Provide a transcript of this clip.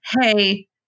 hey